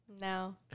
No